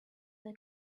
they